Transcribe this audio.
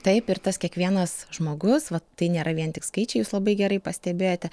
taip ir tas kiekvienas žmogus va tai nėra vien tik skaičiai jūs labai gerai pastebėjote